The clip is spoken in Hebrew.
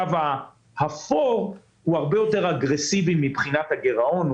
הקו האפור הוא הרבה יותר אגרסיבי מבחינת הגירעון.